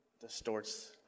distorts